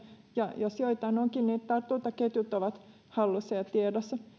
ja jos joitain onkin niin tartuntaketjut ovat hallussa ja tiedossa